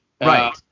Right